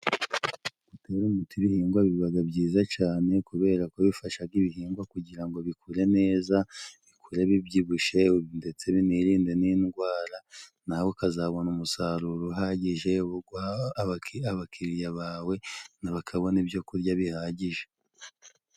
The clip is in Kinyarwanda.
Gutera umuti ibihingwa bibaga byiza cane, kubera ko bifashaga ibihingwa kugira ngo bikure neza, bikure bibyibushe ndetse binirinde n'indwara. Nawe ukazabona umusaruro uhagije, wo guha abakiriya bawe na bo bakabona ibyo kurya bihagije.